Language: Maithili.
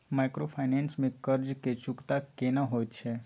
माइक्रोफाइनेंस में कर्ज के चुकता केना होयत छै?